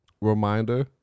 reminder